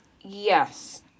Yes